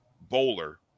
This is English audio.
Bowler